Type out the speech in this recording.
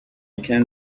can